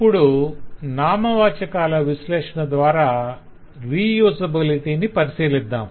ఇప్పుడు నామవాచకాల విశ్లేషణ ద్వార రీయుసబిలిటిని పరిశీలిద్దాం